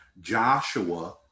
Joshua